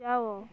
ଯାଅ